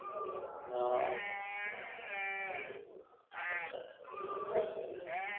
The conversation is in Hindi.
यहाँ होता है और